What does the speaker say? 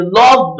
love